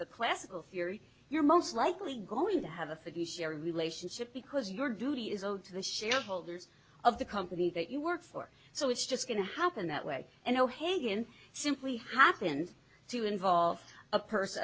the classical theory you're most likely going to have a fiduciary relationship because your duty is owed to the shareholders of the company that you work for so it's just going to happen that way and o'hagan simply happens to involve a person